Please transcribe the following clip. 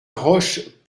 roche